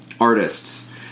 artists